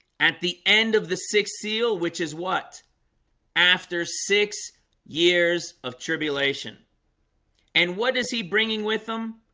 at the end of the sixth seal which is what after six years of tribulation and what is he bringing with them?